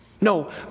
No